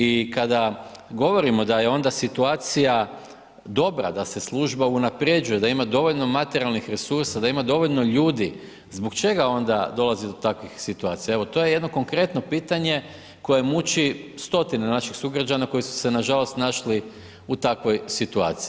I kada govorimo da je onda situacija dobra, da se služba unaprjeđuje, da ima dovoljno materijalnih resursa, da ima dovoljno ljudi, zbog čega onda dolazi do takvih situacija, evo, to je jedno konkretno pitanje koje muči stotine naših sugrađana koji su se nažalost našli u takvoj situaciji.